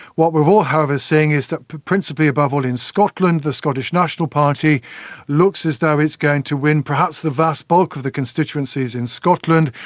what we are all however seeing is that principally above all in scotland the scottish national party looks as though it's going to win perhaps the vast bulk of the constituencies in scotland.